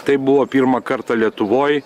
taip buvo pirmą kartą lietuvoj